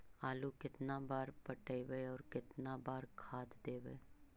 आलू केतना बार पटइबै और केतना बार खाद देबै?